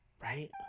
Right